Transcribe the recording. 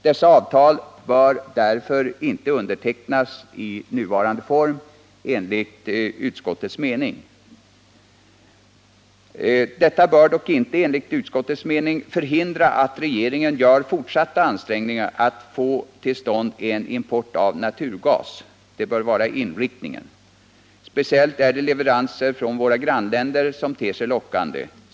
Dessa avtal bör därför enligt I utskottets mening inte undertecknas i nuvarande form. Detta bör dock inte, som utskottet ser det, förhindra att regeringen gör fortsatta ansträngningar för att få tillstånd till en import av naturgas — det bör vara inriktningen. Speciellt ter sig leveranser från våra grannländer lockande.